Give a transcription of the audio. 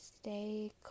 Stay